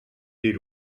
dir